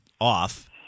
off